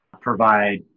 provide